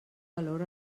valor